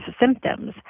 symptoms